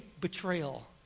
betrayal